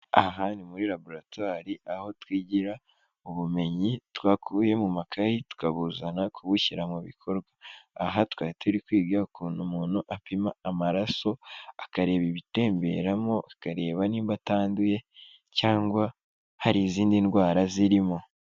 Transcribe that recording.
Aha ni muri laboratwire, aho twigira, ubumenyi twakuye mu makayi tukabuzana kubushyira mu bikorwa. aha twari turi kwiga ukuntu umuntu apima amaraso. Akareba ibitemberamo, akareba nimba atanduye, cyangwa hari izindi ndwara zirimo.